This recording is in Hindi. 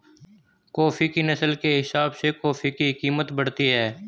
कॉफी की नस्ल के हिसाब से कॉफी की कीमत बढ़ती है